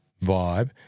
vibe